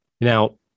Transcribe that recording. Now